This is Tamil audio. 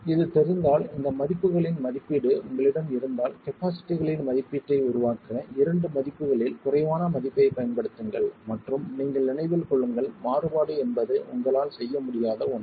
இது தெரிந்தால் இந்த மதிப்புகளின் மதிப்பீடு உங்களிடம் இருந்தால் கபாஸிட்டிகளின் மதிப்பீட்டை உருவாக்க இரண்டு மதிப்புகளில் குறைவான மதிப்பைப் பயன்படுத்துங்கள் மற்றும் நீங்கள் நினைவில் கொள்ளுங்கள் மாறுபாடு என்பது உங்களால் செய்ய முடியாத ஒன்று